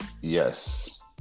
Yes